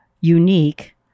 unique